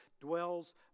dwells